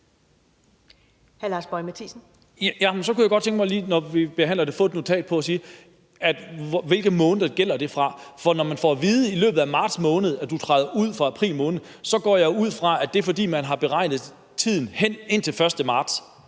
Så kunne jeg godt lige tænke mig, når vi behandler det, at få et notat på, hvilke måneder det gælder fra. For når man får at vide i løbet af marts måned, at man træder ud fra april måned, så går jeg ud fra, at det er, fordi det er beregnet ud fra tiden hen indtil den 1. marts